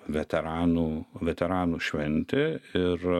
veteranų veteranų šventė ir